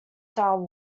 star